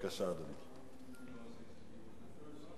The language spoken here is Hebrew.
הוא מבהיל, אבל --- בבקשה, אדוני.